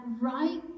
right